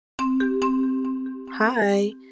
Hi